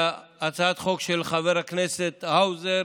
והצעת החוק של חבר הכנסת האוזר